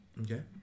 Okay